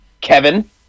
Kevin